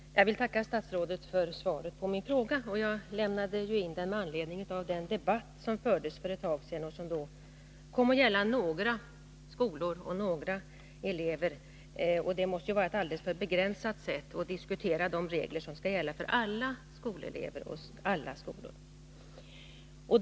Herr talman! Jag vill tacka statsrådet för svaret på min fråga. Jag lämnade in den med anledning av den debatt som fördes för ett tag sedan och som kom att gälla några skolor och några elever. Det måste ju vara ett alldeles för begränsat sätt att diskutera de regler som skall gälla för alla skolelever och för alla skolor.